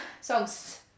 songs